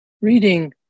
Reading